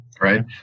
Right